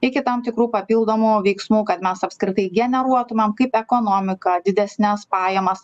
iki tam tikrų papildomų veiksmų kad mes apskritai generuotumėm kaip ekonomiką didesnes pajamas